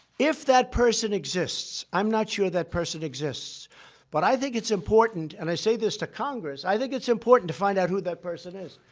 if that person exists i'm not sure that person exists but i think it's important and i say this to congress i think it's important to find out who that person is,